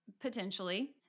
potentially-